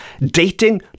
dating